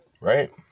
Right